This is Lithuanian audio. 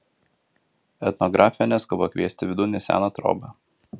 etnografė neskuba kviesti vidun į seną trobą